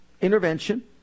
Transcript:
intervention